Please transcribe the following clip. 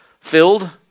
filled